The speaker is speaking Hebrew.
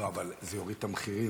לא, אבל זה יוריד את המחירים.